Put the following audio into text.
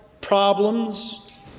problems